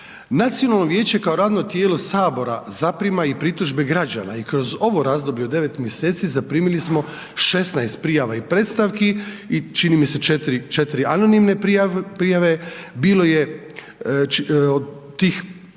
Nacionalno vijeće kao radno tijelo sabora zaprima i pritužbe građana i kroz ovo razdoblje od 9 mjeseci zaprimili smo 16 prijava i predstavki i čini mi se 4 anonimne prijave, bilo je od tih 16 prijava